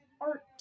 art